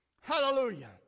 Hallelujah